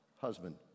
husband